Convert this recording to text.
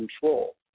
control